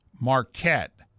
Marquette